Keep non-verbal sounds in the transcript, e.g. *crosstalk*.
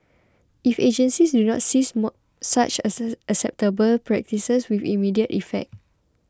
if agencies do not cease more such *unintelligible* unacceptable practices with immediate effect